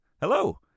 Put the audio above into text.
hello